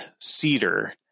cedar